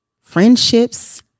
friendships